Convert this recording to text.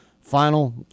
final